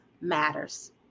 matters